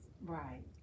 Right